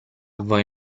voi